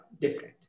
different